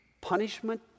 punishment